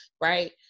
right